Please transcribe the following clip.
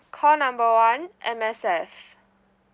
call number one M_S_F